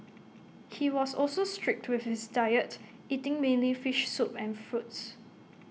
he was also strict with his diet eating mainly fish soup and fruits